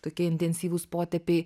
tokie intensyvūs potėpiai